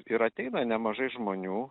ir ateina nemažai žmonių